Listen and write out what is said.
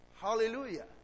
Hallelujah